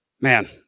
Man